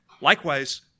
Likewise